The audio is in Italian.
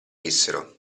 dissero